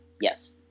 yes